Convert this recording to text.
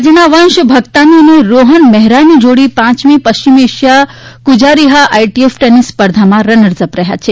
રાજ્યના વંશ ભગતાની અને રોહન મેહરાની જોડી પાંચમી પશ્ચિમ એશિયા કુજારીહા આઈટીએફ ટેનિસ સ્પર્ધામાં રનર્સ અપ રહી છે